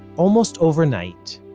almost overnight,